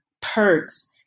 perks